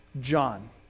john